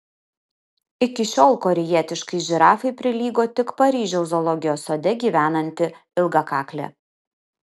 iki šiol korėjietiškai žirafai prilygo tik paryžiaus zoologijos sode gyvenanti ilgakaklė